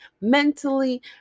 mentally